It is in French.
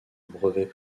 brevets